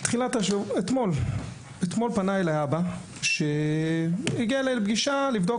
אתמול פנה אליי אבא שהגיע אליי לפגישה לבדוק